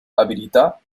abilità